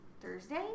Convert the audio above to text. Thursday